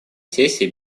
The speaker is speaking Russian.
сессии